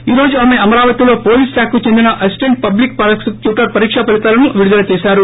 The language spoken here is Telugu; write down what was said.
ఈ రోజు ఆమె అమరావతిలో పోలీస్ శాఖకు చెందిన అసిస్లెంట్ పబ్లిక్ పాసిక్యూటర్ పరీకా ఫలితాలను విడుదల చేశారు